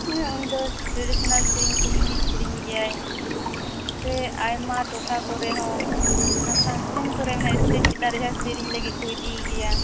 ᱦᱮᱸ ᱩᱱᱤᱫᱚ ᱴᱨᱮᱰᱤᱥᱚᱱᱟᱞ ᱥᱮᱨᱮᱧ ᱠᱚ ᱵᱤᱥᱤ ᱥᱮᱨᱮᱧ ᱜᱮᱭᱟᱭ ᱥᱮ ᱟᱭᱢᱟ ᱴᱚᱴᱷᱟ ᱠᱚᱨᱮᱦᱚᱸ ᱯᱷᱟᱱᱥᱚᱱ ᱠᱚᱨᱮ ᱚᱱᱟ ᱥᱴᱮᱡ ᱪᱮᱛᱟᱱᱨᱮ ᱡᱟᱦᱟᱸ ᱥᱮᱨᱮᱧ ᱞᱟ ᱜᱤᱫ ᱠᱚ ᱤᱫᱤᱭᱮ ᱜᱮᱭᱟ